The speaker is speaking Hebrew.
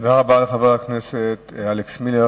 תודה רבה לחבר הכנסת אלכס מילר.